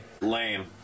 lame